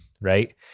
right